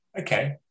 Okay